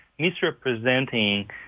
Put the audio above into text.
misrepresenting